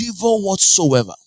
whatsoever